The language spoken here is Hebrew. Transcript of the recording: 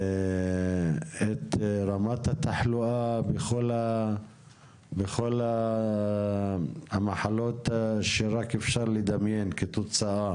את רמת התחלואה בכל המחלות שאפשר לדמיין כתוצאה